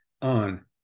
on